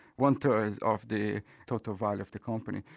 one-third of the total value of the company.